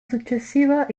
successiva